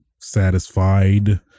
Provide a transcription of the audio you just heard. satisfied